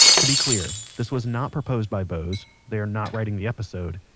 to be clear, this was not proposed by bose, they are not writing the episode,